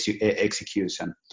execution